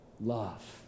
love